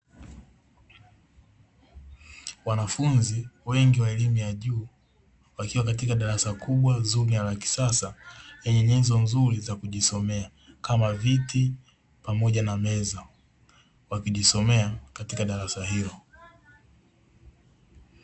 Wanafunzi wengi wa elimu ya juu wakiwa katika darasa kubwa, zuri na la kisasa lenye nyenzo nzuri za kujisomea kama viti pamoja na meza wakijisomea katika darasa hilo.